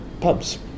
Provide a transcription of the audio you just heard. pubs